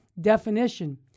definition